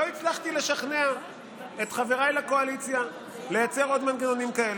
שלא הצלחתי לשכנע את חבריי לקואליציה לייצר עוד מנגנונים כאלה.